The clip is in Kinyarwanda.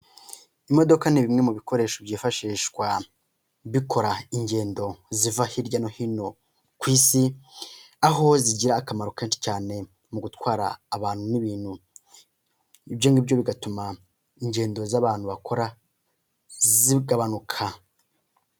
Imodoka ni bimwe mu bikoresho byifashishwa bikora ingendo ziva hirya no hino ku isi, aho zigira akamaro kenshi cyane mu gutwara abantu n'ibintu. Ibyo ngibyo bigatuma ingendo z'abantu bakora zigabanuka.